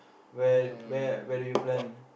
where where where do you plan